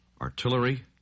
artillery